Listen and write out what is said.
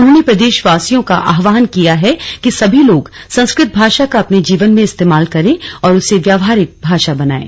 उन्होंने प्रदेशवासियों का आहवान किया है कि सभी लोग संस्कृत भाषा का अपने जीवन में इस्तेमाल करें और उसे व्यवहारिक भाषा बनाएं